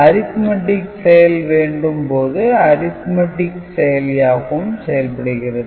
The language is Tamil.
"Arithmetic" செயல் வேண்டும் போது Arithmetic செயலியாகவும் செயல்படுகிறது